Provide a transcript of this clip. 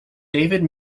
david